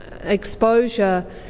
exposure